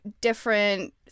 different